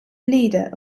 leader